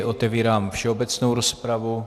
Otevírám všeobecnou rozpravu.